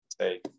say